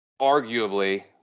arguably